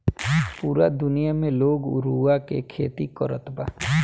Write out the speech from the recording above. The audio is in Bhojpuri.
पूरा दुनिया में लोग रुआ के खेती करत बा